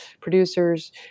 producers